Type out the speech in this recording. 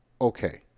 Okay